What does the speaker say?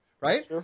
Right